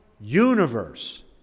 universe